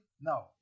no